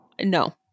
No